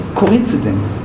coincidence